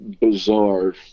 bizarre